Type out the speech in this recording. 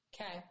Okay